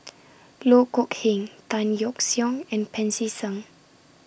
Loh Kok Heng Tan Yeok Seong and Pancy Seng